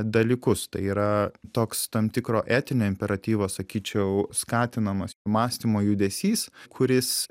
dalykus tai yra toks tam tikro etinio imperatyvo sakyčiau skatinamas mąstymo judesys kuris